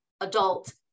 adult